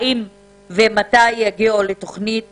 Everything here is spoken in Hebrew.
האם ומתי יגיעו לתוכנית